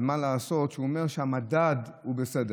אבל מה לעשות שהוא אומר שהמדד הוא בסדר.